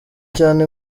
cyane